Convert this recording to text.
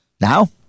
Now